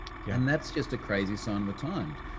yeah and that's just a crazy sign of the times.